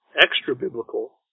extra-biblical